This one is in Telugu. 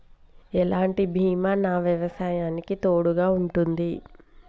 ఎలాంటి బీమా నా వ్యవసాయానికి తోడుగా ఉంటుంది?